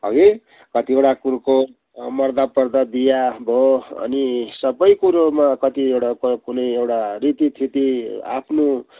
हगी कतिवटा कुरोको मर्दापर्दा बिहे भयो अनि सबै कुरोमा कतिवटा त कुनै एउटा रीतिथिति आफ्नो